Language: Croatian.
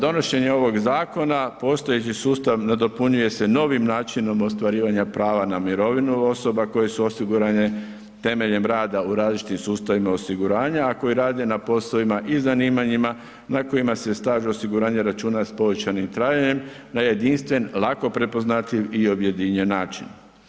Donošenje ovog zakona postojeći sustav nadopunjuje se novim načinom ostvarivanja prava na mirovinu osoba koje su osigurane temeljem rada u različitim sustavima osiguranja, a koji rade na poslovima i zanimanjima na kojima se staž osiguranja računa sa povećanim trajanjem, na jedinstven, lako prepoznatljiv i objedinjen način.